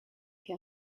che